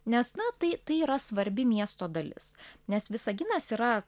nes na tai tai yra svarbi miesto dalis nes visaginas yra